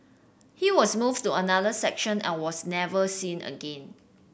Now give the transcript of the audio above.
he was moved to another section and was never seen again